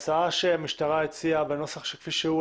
שההצעה שהמשטרה הציעה בנוסח כפי שהוא,